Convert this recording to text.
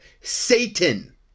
Satan